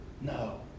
No